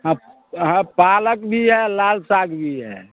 हाँ हाँ पालक भी है लाल साग भी है